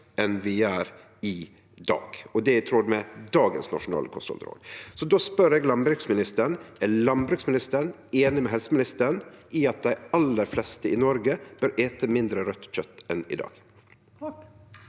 enn vi gjer i dag, og det er i tråd med dagens nasjonale kosthaldsråd. Så då spør eg landbruksministeren: Er landbruksministeren einig med helseministeren i at dei aller fleste i Noreg bør ete mindre raudt kjøt enn i dag?